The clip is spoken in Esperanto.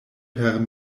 per